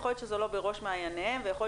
יכול להיות שזה לא בראש מעיניהם ויכול להיות